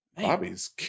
Bobby's